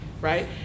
right